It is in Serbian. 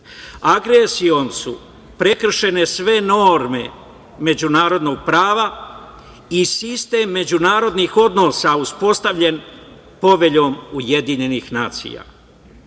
Agresijom su prekršene sve norme međunarodnog prava i sistem međunarodnih odnosa uspostavljen Poveljom UN.Poštovani